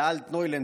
באלטנוילנד,